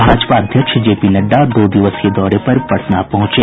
भाजपा अध्यक्ष जेपीनड्डा दो दिवसीय दौरे पर पटना पहुंचे